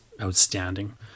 outstanding